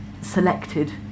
selected